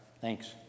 Thanks